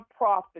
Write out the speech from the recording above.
nonprofit